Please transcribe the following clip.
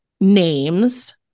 names